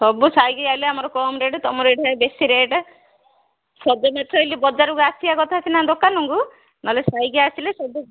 ସବୁ ସାହିକି ଆଇଲେ ଆମର କମ୍ ରେଟ୍ ତମର ଏଇଠି ବେଶୀ ରେଟ୍ ସଜମାଛ ବଜାରକୁ ଆସିବା କଥା ସିନା ଦୋକାନକୁ ନହେଲେ ସାହିକି ଆସିଲେ ସବୁ